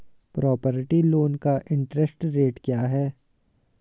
Property loan का interest rate क्या है?